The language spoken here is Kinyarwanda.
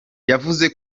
yavuze